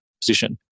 position